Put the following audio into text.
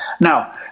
Now